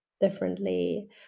differently